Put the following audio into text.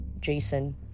Jason